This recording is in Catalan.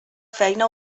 feina